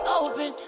open